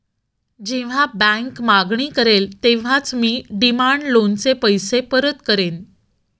जेव्हा बँक मागणी करेल तेव्हाच मी डिमांड लोनचे पैसे परत करेन